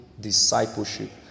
discipleship